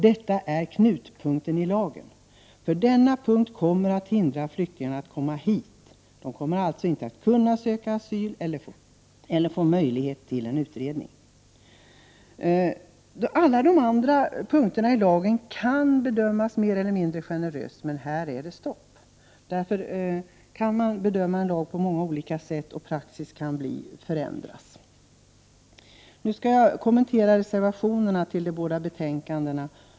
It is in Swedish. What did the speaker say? Detta är knutpunkten i lagen, för denna punkt kommer att hindra flyktingarna att komma hit. De kommer alltså inte att kunna söka asyl här eller att få möjlighet till en utredning. Alla andra punkter i lagen kan bedömas mer eller mindre generöst. Men här är det stopp. En lag kan således bedömas på många olika sätt. Praxis kan förändras. Sedan skall jag kommentera reservationerna i de båda betänkandena.